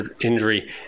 injury